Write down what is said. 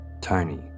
Tony